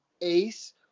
ace